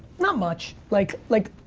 not much, like, like,